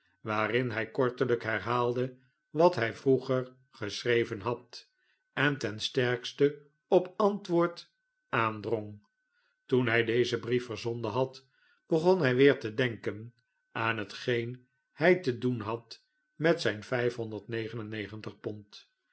waarin hij kortelijk herhaalde wat hij vroeger geschreven had en ten sterkste op antwoord aandrong toen hij dezen brief verzonden had begon hij weer te denken aan hetgeen hij te doen had met zijne